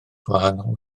gwahanol